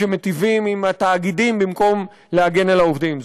המיטיבים עם התאגידים במקום להגן על העובדים,